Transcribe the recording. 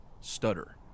stutter